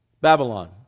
Babylon